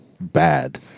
bad